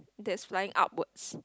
that's flying upwards